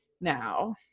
now